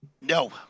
No